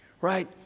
right